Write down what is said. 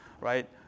right